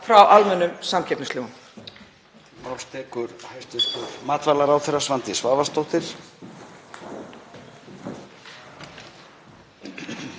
frá almennum samkeppnislögum?